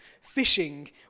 fishing